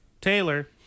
Taylor